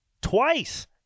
twice